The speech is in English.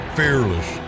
fearless